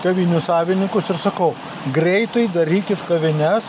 kavinių savinikus ir sakau greitai darykit kavines